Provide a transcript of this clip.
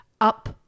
up